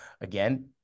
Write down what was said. Again